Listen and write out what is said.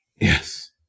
Yes